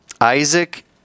Isaac